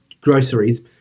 groceries